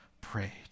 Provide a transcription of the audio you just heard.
prayed